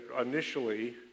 initially